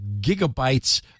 gigabytes